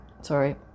Sorry